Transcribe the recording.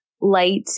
light